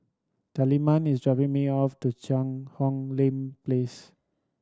Tilman is dropping me off to Cheang Hong Lim Place